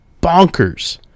bonkers